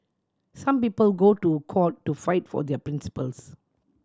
some people go to court to fight for their principles